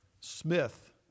Smith